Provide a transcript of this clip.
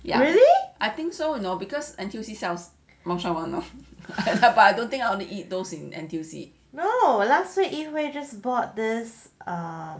really !wow! last week yihui just bought this